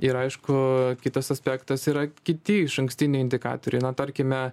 ir aišku kitas aspektas yra kiti išankstiniai indikatoriai na tarkime